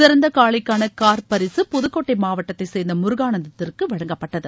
சிறந்த காளைக்கான கார் பரிசு புதுக்கோட்டை மாவட்டத்தைச் சேர்ந்த முருகானந்தத்திற்கு வழங்கப்பட்டது